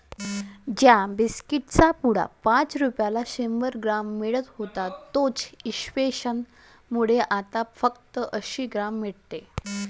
ज्या बिस्कीट चा पुडा पाच रुपयाला शंभर ग्राम मिळत होता तोच इंफ्लेसन मुळे आता फक्त अंसी ग्राम भेटते